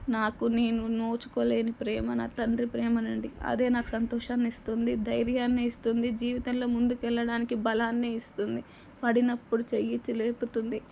నాకు నేను నోచుకోలేని ప్రేమ నా తండ్రి ప్రేమ అండి అదే నాకు సంతోషాన్ని ఇస్తుంది ధైర్యాన్ని ఇస్తుంది జీవితంలో ముందుకు వెళ్ళడానికి బలాన్ని ఇస్తుంది పడినప్పుడు చేయి ఇచ్చి లేపుతుంది